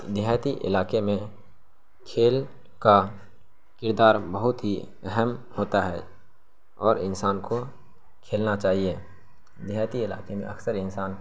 دیہاتی علاقے میں کھیل کا کردار بہت ہی اہم ہوتا ہے اور انسان کو کھیلنا چاہیے دیہاتی علاقے میں اکثر انسان